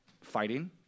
Fighting